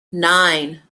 nine